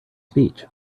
speech